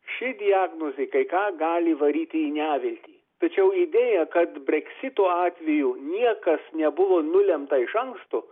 ši diagnozė kai ką gali įvaryti į neviltį tačiau idėja kad breksito atveju niekas nebuvo nulemta iš anksto